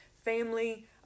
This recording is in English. Family